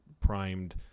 primed